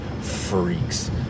freaks